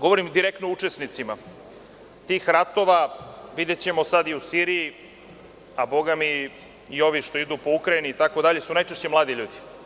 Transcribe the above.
govorim direktno učesnicima tih ratova, videćemo sada u Siriji, a i ovi koji idu po Ukrajini itd. najčešće su to mladi ljudi.